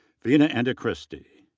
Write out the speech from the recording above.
vena andychristi,